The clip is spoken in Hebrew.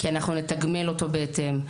כי נוכל לתגמל אותו בהתאם,